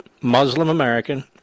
Muslim-American